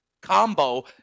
combo